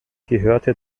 gehörte